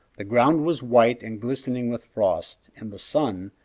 the ground was white and glistening with frost, and the sun,